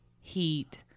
heat